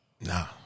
Nah